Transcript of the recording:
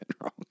wrong